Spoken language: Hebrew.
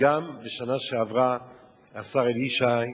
וגם בשנה שעברה השר אלי ישי,